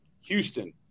Houston